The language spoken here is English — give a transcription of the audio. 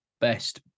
best